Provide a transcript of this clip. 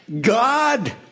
God